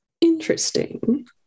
Interesting